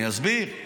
אני אסביר.